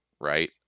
Right